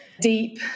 deep